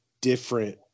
different